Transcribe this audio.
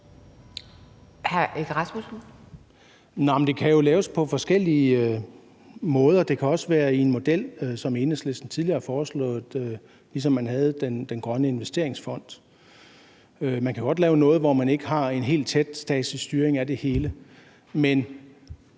Det kan jo laves på forskellige måder. Det kan også være en model, som Enhedslisten tidligere har foreslået, ligesom man har Danmarks Grønne Investeringsfond. Man kan godt lave noget, hvor man ikke har en helt tæt statslig styring af det hele.